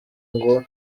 ngo